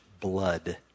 blood